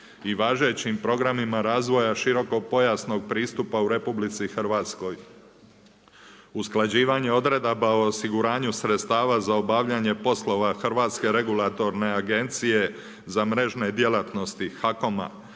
i važećim programima razvoja širokopojasnog pristupa u RH, usklađivanje odredaba o osiguranju sredstava za obavljanje poslova Hrvatske regulatorne agencije za mrežne djelatnosti HAKOM-a